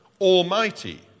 almighty